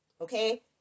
okay